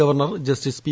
governor justice P